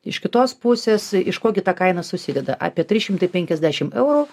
iš kitos pusės iš ko gi ta kaina susideda apie trys šimtai penkiasdešim eurų